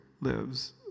lives